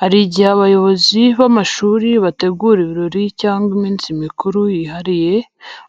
Hari igihe abayobozi b'amashuri bategura ibirori cyangwa iminsi mikuru yihariye,